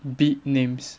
big names